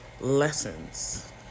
lessons